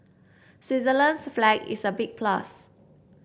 Switzerland's flag is a big plus